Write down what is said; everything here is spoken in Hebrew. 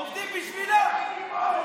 עובדים בשבילו,